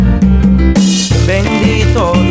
Bendito